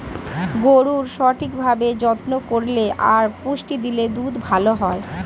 গরুর সঠিক ভাবে যত্ন করলে আর পুষ্টি দিলে দুধ ভালো হয়